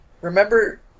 remember